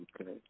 Okay